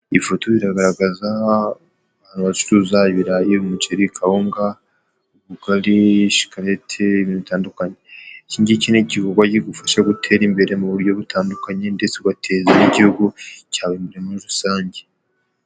Iyi foto iragaragaza abacuruza ibirayi, umuceri, kawunga, ubugari, shikarete ikingiki ni igikorwa kigufasha gutera imbere mu buryo butandukanye, ndetse ugateza n'igihugu cyawe imbere muri rusange.